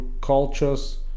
cultures